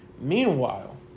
Meanwhile